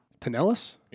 pinellas